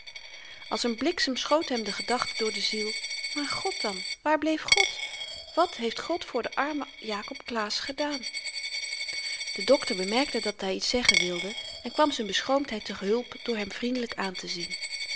als n bliksem schoot hem de gedachte door de ziel maar god dan waar bleef god wat heeft god voor den armen jakob claesz gedaan de dokter bemerkte dat hy iets zeggen wilde en kwam z'n beschroomdheid te hulp door hem vriendelyk aantezien